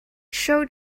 showed